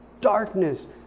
darkness